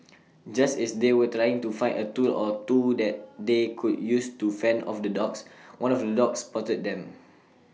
just as they were trying to find A tool or two that they could use to fend off the dogs one of the dogs spotted them